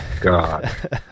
God